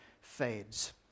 fades